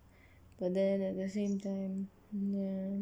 but then at the same time ya